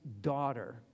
daughter